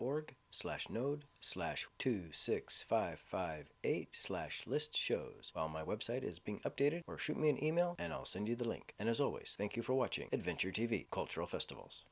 org slash node slash two six five five eight slash list shows well my website is being updated or shoot me an email and i'll send you the link and as always thank you for watching adventure t v cultural festivals